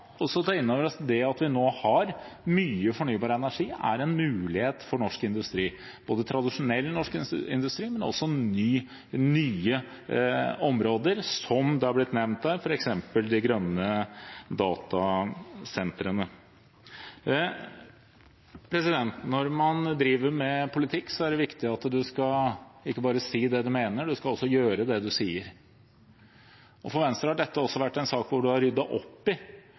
også ta inn over oss at det at vi nå har mye fornybar energi, er en mulighet for norsk industri, både for tradisjonell norsk industri og også for nye områder, som det er blitt nevnt her, f.eks. de grønne datasentrene. Når man driver med politikk, er det viktig at man skal si ikke bare det man mener, men man skal også gjøre det man sier, og for Venstre har dette også vært en sak hvor man har ryddet opp i